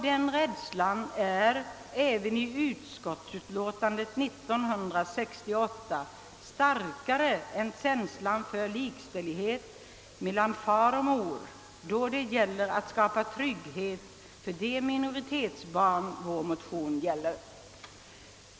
Denna rädsla är även i utskottsutlåtandet av år 1968 starkare än känslan för likställdheten mellan mor och far då det gäller att skapa trygghet för de minoritetsbarn vår motion rör.